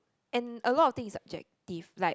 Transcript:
and lot of thing is subjective like